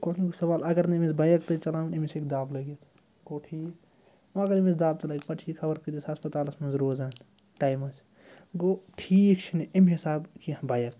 گۄڈٕنیُک سوال اگر نہٕ أمِس بایِک تٔج چَلاوٕنۍ أمِس ہیٚکہِ دَب لٔگِتھ گوٚو ٹھیٖک وۄنۍ اگر أمِس دَب تہِ لَگہِ پَتہٕ چھِ یہِ خبر کۭتِس ہَسپَتالَس منٛز روزان ٹایمَس گوٚو ٹھیٖک چھُنہٕ اَمہِ حِساب کیٚنٛہہ بایِک